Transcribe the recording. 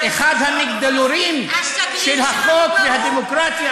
אחד המגדלורים של החוק והדמוקרטיה,